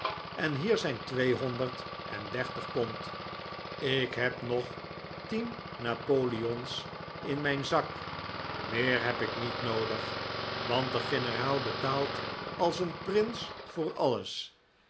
en hier zijn tweehonderd en dertig pond ik heb nog tien napoleons in mijn zak meer heb ik niet noodig want de generaal betaalt als een prins voor alles